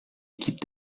équipe